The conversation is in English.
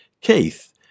Keith